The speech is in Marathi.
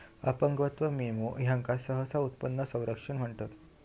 अपंगत्व विमो, ज्याका सहसा उत्पन्न संरक्षण म्हणतत